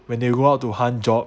when they go out to hunt jobs